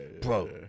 bro